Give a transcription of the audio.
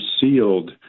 sealed